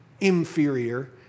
inferior